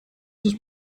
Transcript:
ist